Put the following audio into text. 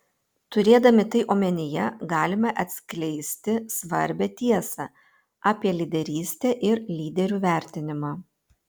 turėdami tai omenyje galime atskleisti svarbią tiesą apie lyderystę ir lyderių vertinimą